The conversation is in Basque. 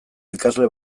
ikasle